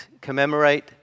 commemorate